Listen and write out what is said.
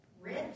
rich